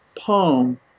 poem